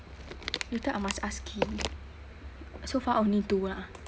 later I must ask kim so far only two lah